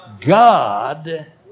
God